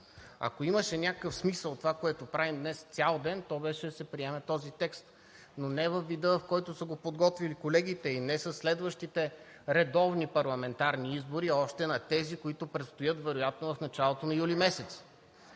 Ако имаше някакъв смисъл това, което правим днес цял ден, то беше да се приеме този текст, но не във вида, в който са го подготвили колегите и не със следващите редовни парламентарни избори, а още на тези, които предстоят вероятно в началото на юли месец.